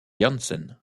janssen